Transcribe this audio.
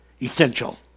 essential